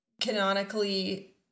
canonically